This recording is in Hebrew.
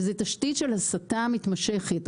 וזו תשתית של הסתה מתמשכת.